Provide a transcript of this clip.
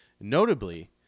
Notably